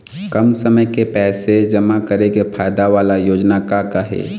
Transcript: कम समय के पैसे जमा करे के फायदा वाला योजना का का हे?